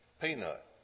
Peanut